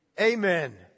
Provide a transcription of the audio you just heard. Amen